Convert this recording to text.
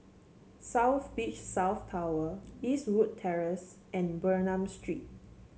South Beach South Tower Eastwood Terrace and Bernam Street